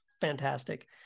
fantastic